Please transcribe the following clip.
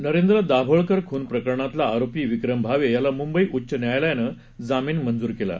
नरेंद्र दाभोळकर खून प्रकरणातला आरोपी विक्रम भावे याला मुंबई उच्च न्यायालयानं जामीन मंजूर केला आहे